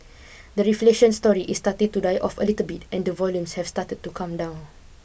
the reflation story is starting to die off a little bit and the volumes have started to come down